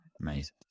Amazing